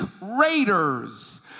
raiders